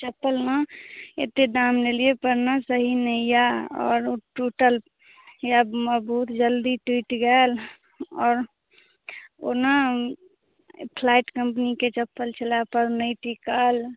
चप्पल ने एतेक दाम लेलिए पर ने सही नहि यऽ आओर टुटल यऽ बहुत जल्दी टुटि गेल आओर ओ ने फ्लाइट कम्पनीके चप्पल छलै पर नहि टिकल